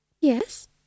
Yes